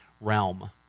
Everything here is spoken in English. realm